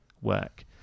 work